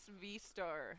V-Star